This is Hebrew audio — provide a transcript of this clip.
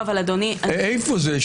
איפה זה?